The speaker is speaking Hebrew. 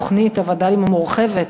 תוכנית הווד"לים המורחבת,